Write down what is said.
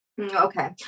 Okay